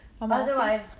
Otherwise